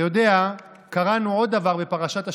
אתה יודע, קראנו עוד דבר בפרשת השבוע: